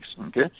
okay